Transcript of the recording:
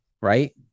right